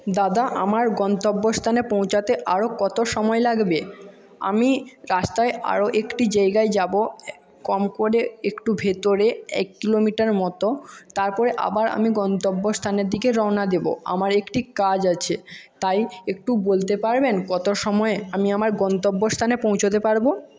দাদা আমার গন্তব্যস্থানে পৌঁছাতে আরো কত সময় লাগবে আমি রাস্তায় আরো একটি জায়গায় যাবো কম করে একটু ভেতরে এক কিলোমিটার মতো তারপরে আবার আমি গন্তব্যস্থানের দিকে রওনা দিব আমার একটি কাজ আছে তাই একটু বলতে পারবেন কত সময় আমি আমার গন্তব্যস্থানে পৌঁছতে পারবো